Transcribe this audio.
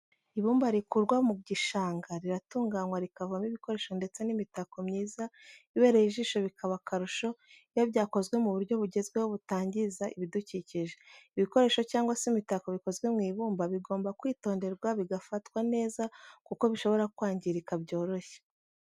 Ibumba rikurwa mu gishanga riratunganywa rikavamo ibikoresho ndetse n'imitako myiza ibereye ijisho bikaba akarusho iyo byakozwe mu buryo bugezweho butangiza ibidukikije. ibikoresho cyangwa se imitako bikozwe mu ibumba bigomba kwitonderwa bigafatwa neza kuko bishobora kwangirika byoroshye.